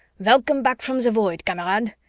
welcome back from the void, kamerad,